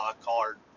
card